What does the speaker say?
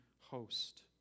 host